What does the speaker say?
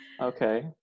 Okay